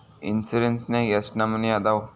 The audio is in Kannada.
ಇನ್ಸುರೆನ್ಸ್ ನ್ಯಾಗ ಎಷ್ಟ್ ನಮನಿ ಅದಾವು?